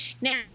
now